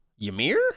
Ymir